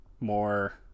more